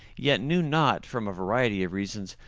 yet knew not, from a variety of reasons,